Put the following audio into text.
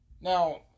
Now